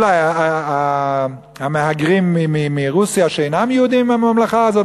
אולי המהגרים מרוסיה שאינם יהודים הם הממלכה הזאת?